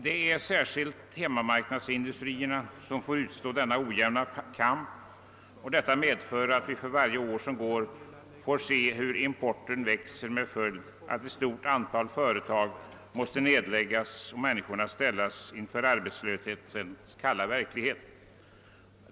Det är särskilt hemmamarknadsindustrierna som får föra denna ojämna kamp, och detta medför att vi för varje år som går får se hur importen växer med som följd att ett stort antal företag måste nedläggas och människorna ställas inför arbetslöshetens kalla verklighet.